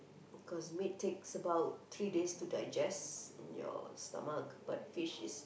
cause meat takes about three days to digest in your stomach but fish is